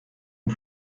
und